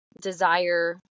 desire